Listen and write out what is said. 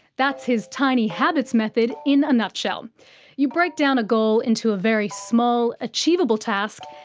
that's his tiny habits method in a nutshell you break down a goal into a very small, achievable task,